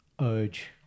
urge